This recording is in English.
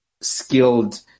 skilled